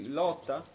lotta